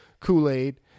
Kool-Aid